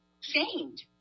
shamed